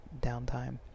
downtime